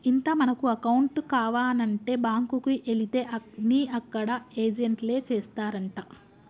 ఇంత మనకు అకౌంట్ కావానంటే బాంకుకు ఎలితే అన్ని అక్కడ ఏజెంట్లే చేస్తారంటా